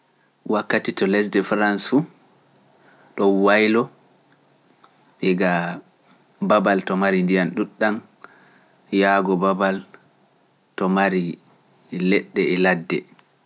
Wakkati to lesdi Faras fu ɗo waylo ɗi ga Babal to mari ndiyam ɗuuɗɗam yaago Babal to mari leɗɗe e ladde.